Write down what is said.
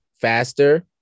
faster